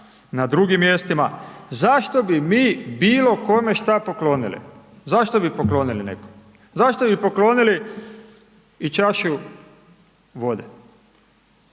na drugim mjestima, zašto bi mi bilo kome šta poklonili? Zašto bi poklonili nekom, zašto bi poklonili i čašu vode,